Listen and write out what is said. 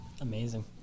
amazing